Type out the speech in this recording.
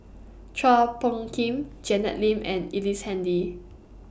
Chua Phung Kim Janet Lim and Ellice Handy